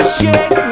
shake